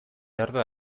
lerdo